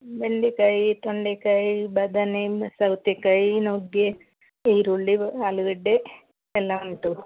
ಬೆಂಡೆಕಾಯಿ ತೊಂಡೆಕಾಯಿ ಬದನೆ ಸೌತೆಕಾಯಿ ನುಗ್ಗೆ ಈರುಳ್ಳಿ ಆಲೂಗಡ್ಡೆ ಎಲ್ಲ ಉಂಟು